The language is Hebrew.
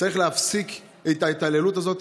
צריך להפסיק את ההתעללות הזאת.